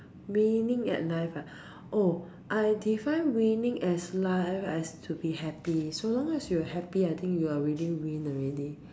winning at life ah oh I define winning at life as to be happy so long as you are happy I think you already win already